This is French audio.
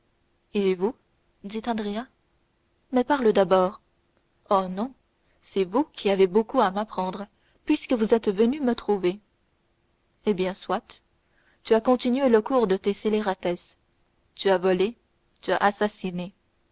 et vous dit andrea mais parle d'abord oh non c'est vous qui avez beaucoup m'apprendre puisque vous êtes venu me trouver eh bien soit tu as continué le cours de tes scélératesses tu as volé tu as assassiné